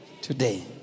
today